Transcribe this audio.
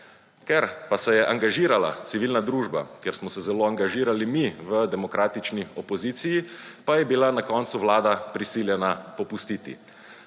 Ker pa se je angažirala civilna družba, ker smo se zelo angažirali mi v demokratični opoziciji, pa je bila na koncu Vlada prisiljena popustiti.